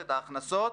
ההכנסות: